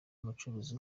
umucuruzi